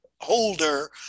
holder